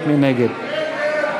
מי נגד?